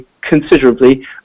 considerably